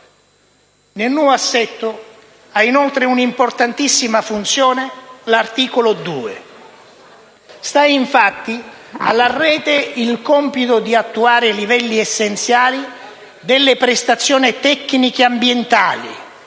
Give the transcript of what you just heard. Nel nuovo assetto ha inoltre una importantissima funzione l'articolo 2. Sta, infatti, alla rete il compito di attuare i livelli essenziali delle prestazioni tecniche ambientali,